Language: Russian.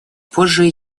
позже